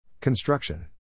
construction